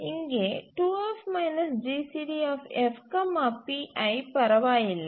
இங்கே 2F GCDF pi பரவாயில்லை